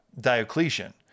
Diocletian